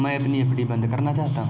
मैं अपनी एफ.डी बंद करना चाहता हूँ